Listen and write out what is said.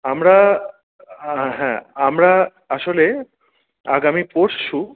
আমরা হ্যাঁ আমরা আসলে আগামী পরশু